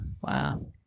Wow